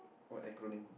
what acronym